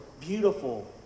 beautiful